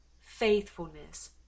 faithfulness